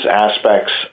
aspects